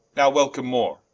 now welcome more,